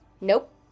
Nope